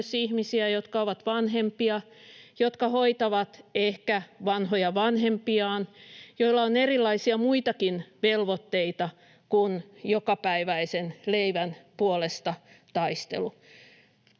myös ihmisiä, jotka ovat vanhempia, jotka hoitavat ehkä vanhoja vanhempiaan, joilla on erilaisia muitakin velvoitteita kuin taistelu jokapäiväisen leivän puolesta.